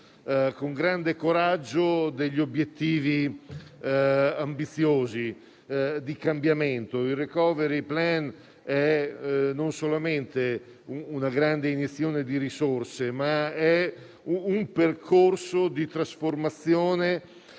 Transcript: con grande coraggio, degli obiettivi ambiziosi di cambiamento; il *recovery plan* non è soltanto una grande iniezione di risorse, ma è un percorso di trasformazione